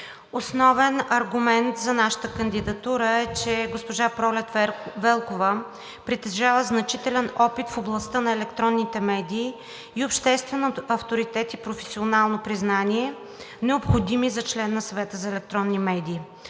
Основен аргумент за нашата кандидатура е, че госпожа Пролет Велкова притежава значителен опит в областта на електронните медии и обществен авторитет и професионално признание, необходими за член на Съвета за електронни медии.